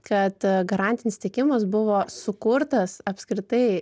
kad garantinis tiekimas buvo sukurtas apskritai